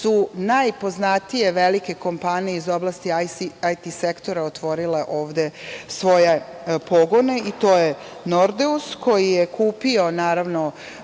su najpoznatije velike kompanije iz oblasti IT sektora otvorile ovde svoje pogone. To je „Nordeus“ koji je kupio